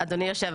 אדוני יושב